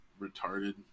retarded